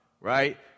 right